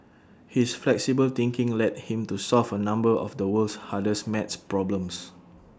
his flexible thinking led him to solve A number of the world's hardest math problems